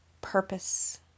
purpose